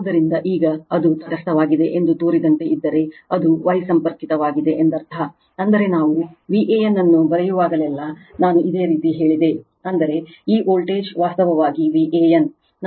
ಆದ್ದರಿಂದ ಈಗ ಅದು ತಟಸ್ಥವಾಗಿದೆ ಎಂದು ತೋರಿದಂತೆ ಇದ್ದರೆ ಅದು Y ಸಂಪರ್ಕಿತವಾಗಿದೆ ಎಂದರ್ಥ ಅಂದರೆ ನಾವು Van ಅನ್ನು ಬರೆಯುವಾಗಲೆಲ್ಲಾ ನಾನು ಇದೇ ರೀತಿ ಹೇಳಿದೆ ಅಂದರೆ ಈ ವೋಲ್ಟೇಜ್ ವಾಸ್ತವವಾಗಿ Van